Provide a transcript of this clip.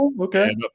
okay